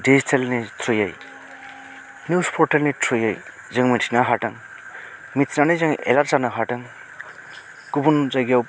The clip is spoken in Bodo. डिजिटेलनि ट्रयै निउस पर्टेलनि ट्रयै जों मिथिनो हादों मिथिनानै जोङो एलार्ट जानो हादों गुबुन जायगायाव